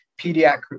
pediatric